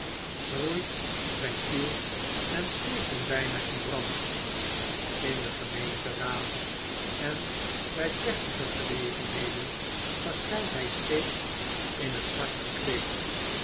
schroeit zjjn kiel en steekt hem byna in brand in den gemeenteraad en byplechtigegelegenheden verschynt hij steeds in t zwart gekfeed